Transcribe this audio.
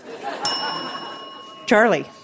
Charlie